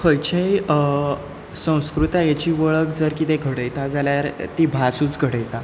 खंयचेय संस्कृतायेची वळख जर कितें घडयता जाल्यार ती भासूच घडयता